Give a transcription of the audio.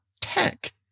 tech